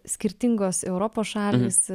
skirtingos europos šalys